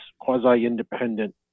quasi-independent